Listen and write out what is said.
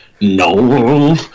No